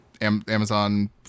Amazon